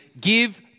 Give